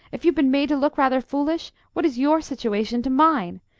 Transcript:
if you've been made to look rather foolish, what is your situation to mine?